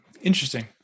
Interesting